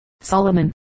Solomon